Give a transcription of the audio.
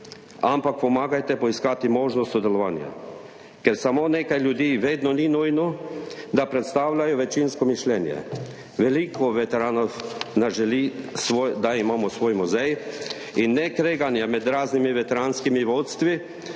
ampak pomagajte poiskati možnost sodelovanja. Ker samo nekaj ljudi vedno ni nujno, da predstavlja večinsko mišljenje. Veliko veteranov nas želi, da imamo svoj muzej, in ne kreganja med raznimi veteranskimi vodstvi,